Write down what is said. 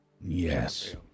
Yes